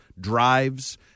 drives